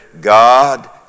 God